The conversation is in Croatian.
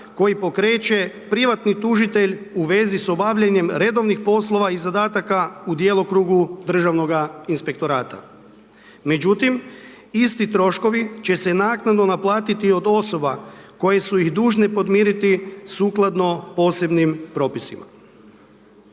koji pokreće privatni tužitelj u vezi s obavljanjem redovnih poslova i zadataka u djelokrugu državnoga inspektorata. Međutim, isti troškovi će se naknadno naplatiti od osoba koje su ih dužne podmiriti sukladno posebnim propisima.